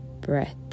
breath